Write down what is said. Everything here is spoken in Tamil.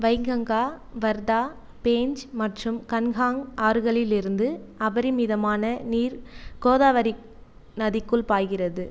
வைங்கங்கா வர்தா பேஞ்ச் மற்றும் கன்ஹான் ஆறுகளிலிருந்து அபரிமிதமான நீர் கோதாவரி நதிக்குள் பாய்கிறது